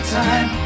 time